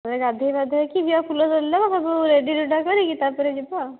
ଆମେ ଗାଧୋଇ ପାଧୋଇକି ଯିବା ଫୁଲ ତୋଳି ଦେବା ସବୁ ରେଡି ରୁଡ଼ା କରିକି ତା'ପରେ ଯିବା ଆଉ